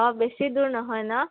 অঁ বেছি দূৰ নহয় ন